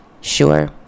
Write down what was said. Sure